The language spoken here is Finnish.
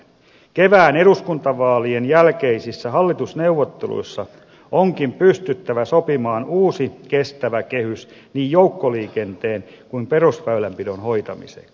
kevään eduskuntavaalien jälkeisissä hallitusneuvotteluissa onkin pystyttävä sopimaan uusi kestävä kehys niin joukkoliikenteen kuin perusväylänpidon hoitamiseksi